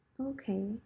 okay